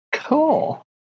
Cool